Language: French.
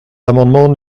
l’amendement